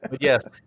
Yes